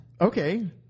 Okay